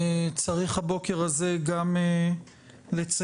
צריך הבוקר הזה לציין,